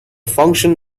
function